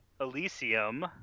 Elysium